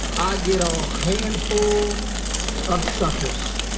i get a handful of suckers.